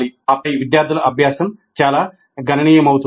ఆపై విద్యార్థుల అభ్యాసం చాలా గణనీయమవుతుంది